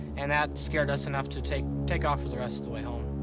and that scared us enough to take take off for the rest of the way home.